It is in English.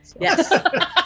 Yes